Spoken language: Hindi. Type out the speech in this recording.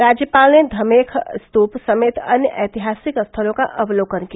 राज्यपाल ने धमेख स्तूप समेत अन्य ऐतिहासिक स्थलों का अवर्लोकन किया